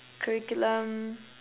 curriculum